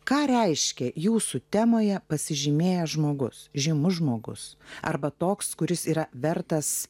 ką reiškia jūsų temoje pasižymėjęs žmogus žymus žmogus arba toks kuris yra vertas